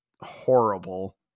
horrible